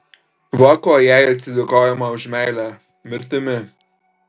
va kuo jai atsidėkojama už meilę mirtimi